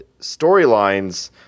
storylines